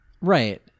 Right